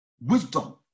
wisdom